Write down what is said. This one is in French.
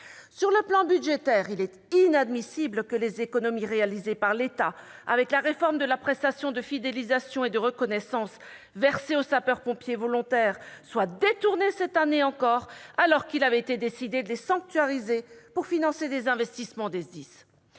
Sur le plan budgétaire, il est inadmissible que les économies réalisées par l'État avec la réforme de la prestation de fidélisation et de reconnaissance versée aux sapeurs-pompiers volontaires soient détournées cette année encore, alors qu'il avait été décidé de les sanctuariser pour financer des investissements des SDIS.